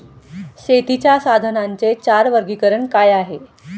शेतीच्या साधनांचे चार वर्गीकरण काय आहे?